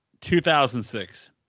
2006